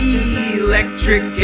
electric